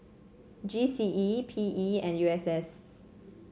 G C E P E and U S S